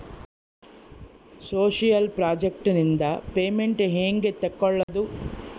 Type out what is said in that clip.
Social project ನಿಂದ payment ಹೆಂಗೆ ತಕ್ಕೊಳ್ಳದು?